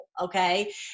okay